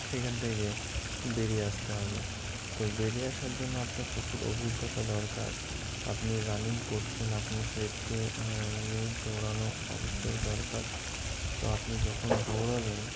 সেখান থেকে বেরিয়ে আসতে হবে তো বেরিয়ে আসার জন্য আপনার প্রচুর অভিজ্ঞতা দরকার আপনি রানিং করছেন আপনার সেফটি নিয়েই দৌড়ানো অবশ্যই দরকার তো আপনি যখন দৌড়াবেন